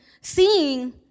seeing